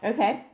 Okay